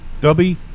Dubby